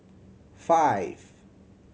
five